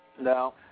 No